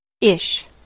Ish